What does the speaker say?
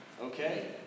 Okay